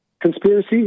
conspiracy